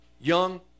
young